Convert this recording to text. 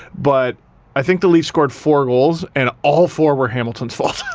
but i think the leafs scored four goals and all four were hamilton's fault.